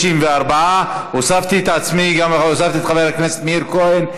34. הוספתי את עצמי וגם הוספתי את חבר הכנסת מאיר כהן,